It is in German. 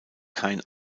kein